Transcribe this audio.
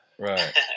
Right